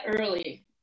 early